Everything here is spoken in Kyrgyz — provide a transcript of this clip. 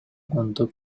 оңдоп